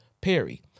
Perry